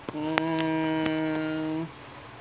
mm